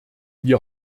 wir